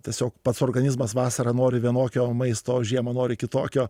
tiesiog pats organizmas vasarą nori vienokio maisto o žiemą nori kitokio